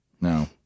no